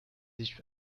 sich